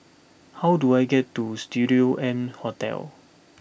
how do I get to Studio M Hotel